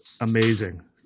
amazing